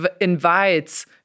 invites